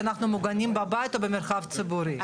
שאנחנו מוגנים בבית או במרחב ציבורי.